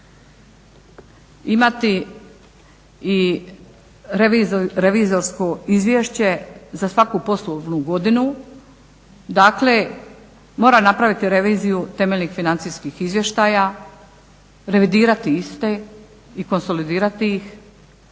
imati i revizorsko izvješće za svaku poslovnu godinu, dakle mora napraviti reviziju temeljnih financijskih izvještaja, revidirati iste i konsolidirati ih